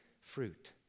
fruit